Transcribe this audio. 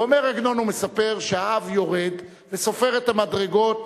ואומר עגנון ומספר שהאב יורד וסופר את המדרגות,